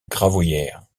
gravoyère